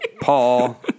Paul